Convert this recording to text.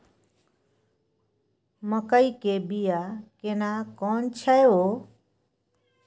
मकई के बिया केना कोन छै यो?